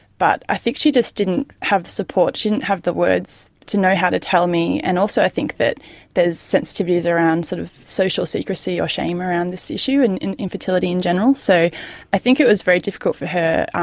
but i think she just didn't have the support, she didn't have the words to know how to tell me, and also i think that there are sensitivities around sort of social secrecy or shame around this issue, and in infertility in general. so i think it was very difficult for her.